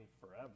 forever